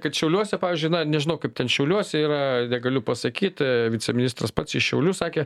kad šiauliuose pavyzdžiui na nežinau kaip ten šiauliuose yra negaliu pasakyt viceministras pats iš šiaulių sakė